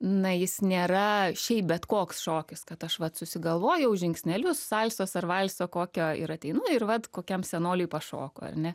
na jis nėra šiaip bet koks šokis kad aš vat susigalvojau žingsnelius salsos ar valso kokio ir ateinu ir vat kokiam senoliui pašoku ar ne